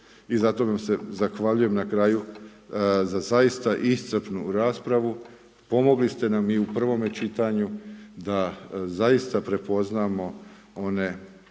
I zato vam se zahvaljujem na kraju za zaista iscrpnu raspravu, pomogli ste nam i u prvome čitanju, da zaista prepoznamo one